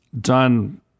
done